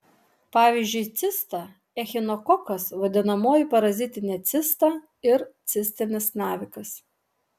pavyzdžiui cista echinokokas vadinamoji parazitinė cista ir cistinis navikas